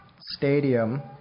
stadium